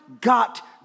got